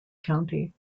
county